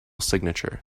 signature